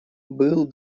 был